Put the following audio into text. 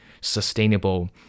sustainable